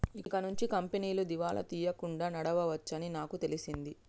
ఇకనుంచి కంపెనీలు దివాలా తీయకుండా నడవవచ్చని నాకు తెలిసింది